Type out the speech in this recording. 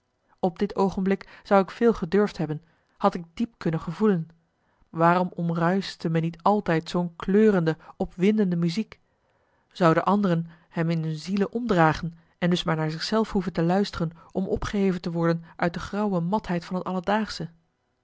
op dit oogenblik zou ik veel gedurfd hebben had ik diep kunnen gevoelen waarom omruischte me niet altijd zoo'n kleurende opwindende muziek zouden anderen m in hun zielen omdragen en dus maar naar zich zelf hoeven te luisteren om opgeheven te worden uit de grauwe matheid van